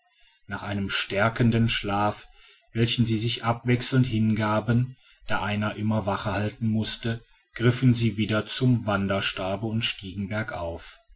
nach einem stärkenden schlaf welchem sie sich abwechselnd hingaben da einer immer wache halten mußte griffen sie wieder zum wanderstabe und stiegen bergauf